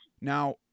Now